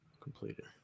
completed